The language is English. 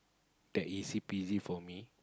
that easy peasy for me